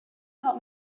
help